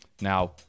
Now